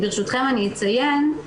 ברשותכם, אני אציין עוד משהו.